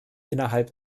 innerhalb